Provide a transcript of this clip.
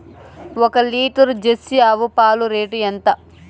ఒక litre Jersey ఆవు పాలు రేటు ఎంత?